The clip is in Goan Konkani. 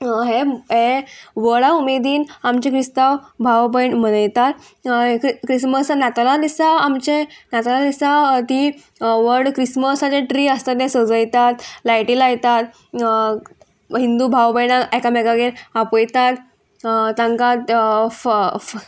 हे हे व्हडा उमेदीन आमचे क्रिस्तांव भाव भयण मनयतात क्रिसमस नाताला दिसा आमचे नाताला दिसा ती व्हड क्रिसमसाचे ट्री आसता ते सजयतात लायटी लायतात हिंदू भाव भयणां एकामेकागेर आपयतात तांकां फ फ